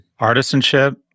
Artisanship